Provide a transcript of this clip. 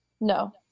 no